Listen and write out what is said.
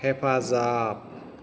हेफाजाब